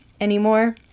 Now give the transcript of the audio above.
anymore